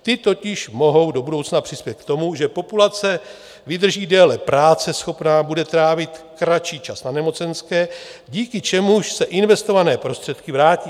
Ty totiž mohou do budoucna přispět k tomu, že populace vydrží déle práceschopná, bude trávit kratší čas na nemocenské, díky čemuž se investované prostředky vrátí.